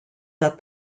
that